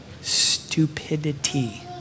stupidity